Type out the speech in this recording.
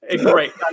Great